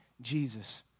Jesus